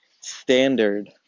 standard